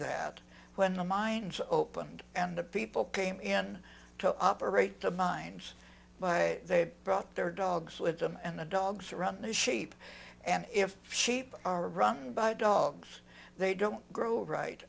that when the mines opened and the people came in to operate the mines they brought their dogs with them and the dogs around the sheep and if sheep are run by dogs they don't grow right